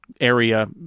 area